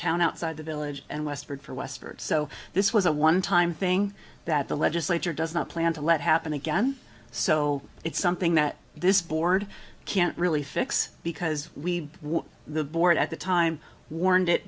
town outside the village and westward for westward so this was a one time thing that the legislature does not plan to let happen again so it's something that this board can't really fix because we the board at the time warned it